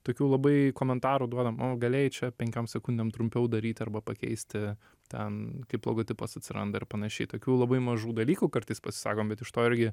tokių labai komentarų duodam galėjai čia penkiom sekundėm trumpiau daryti arba pakeisti ten kaip logotipas atsiranda ir panašiai tokių labai mažų dalykų kartais pasisakom bet iš to irgi